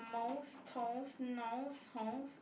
mose toes nose hose